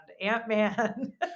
ant-man